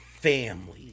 Family